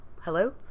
Hello